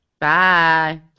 Bye